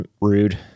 rude